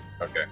Okay